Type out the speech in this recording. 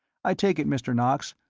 i take it, mr. knox,